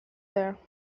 there